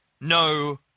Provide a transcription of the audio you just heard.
No